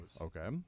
Okay